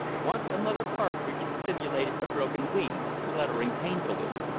once a mother-partridge simulated a broken wing, fluttering painfully.